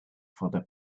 for